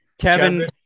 kevin